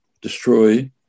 destroy